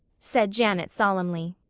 said janet solemnly.